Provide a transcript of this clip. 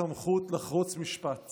הסמכות לחרוץ משפט